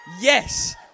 Yes